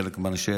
חלק מאנשי